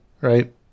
Right